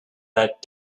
that